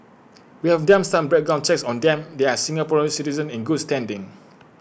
we have done some background checks on them and they are Singapore citizens in good standing